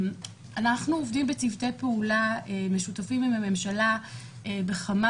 אנחנו עובדים בצוותי פעולה משותפים עם הממשלה בכמה